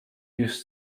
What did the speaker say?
wiesz